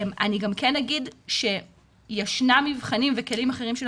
אני גם כן אגיד שישנם מבחנים וכלים אחרים של